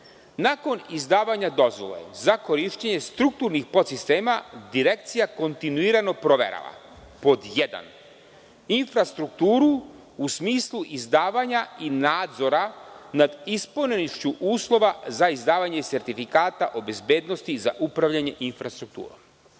izdavanja dozvole za korišćenje strukturnih podsistema, Direkcija kontinuirano proverava: 1) infrastrukturu u smislu izdavanja i nadzora nad ispunjenošću uslova za izdavanje sertifikata o bezbednosti za upravljanje infrastrukturom.“